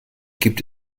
gibt